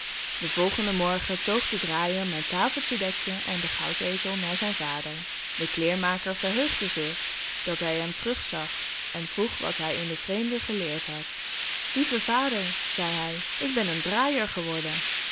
den volgenden morgen toog de draaier met tafeltje dek je en de goudezel naar zijn vader de kleermaker verheugde zich dat hij hem terug zag en vroeg wat hij in den vreemde geleerd had lieve vader zei hij ik ben een draaier geworden